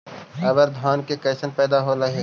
अबर धान के कैसन पैदा होल हा?